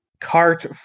cart